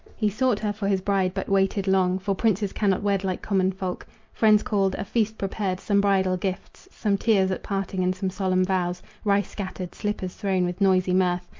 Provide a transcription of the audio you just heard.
he sought her for his bride, but waited long, for princes cannot wed like common folk friends called, a feast prepared, some bridal gifts, some tears at parting and some solemn vows, rice scattered, slippers thrown with noisy mirth,